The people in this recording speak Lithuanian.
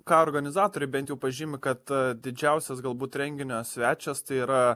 ką organizatoriai bent jau pažymi kad didžiausias galbūt renginio svečias tai yra